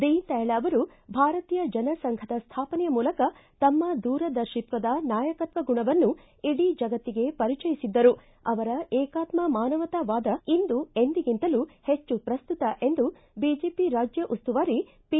ದೀನ ದಯಾಳ್ ಅವರು ಭಾರತೀಯ ಜನಸಂಘದ ಸ್ಥಾಪನೆಯ ಮೂಲಕ ತಮ್ಮ ದೂರದರ್ತಿತ್ವದ ನಾಯಕತ್ವ ಗುಣವನ್ನು ಇಡೀ ಜಗತ್ತಿಗೆ ಪರಿಚಯಿಸಿದ್ದರು ಅವರ ಏಕಾತ್ಮ ಮಾನವತಾ ವಾದ ಇಂದು ಎಂದಿಗಿಂತಲೂ ಹೆಚ್ಚು ಪ್ರಸ್ತುತ ಎಂದು ಬಿಜೆಪಿ ರಾಜ್ಯ ಉಸ್ತುವಾರಿ ಪಿ